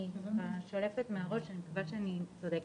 אני שולפת מהזיכרון, אני מקווה שאני צודקת.